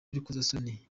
y’urukozasoni